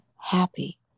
happy